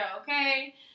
Okay